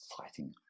Exciting